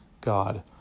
God